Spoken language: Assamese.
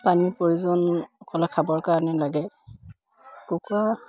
পানীৰ প্ৰয়োজন অকলে খাবৰ কাৰণে লাগে কুকুৰা